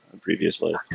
previously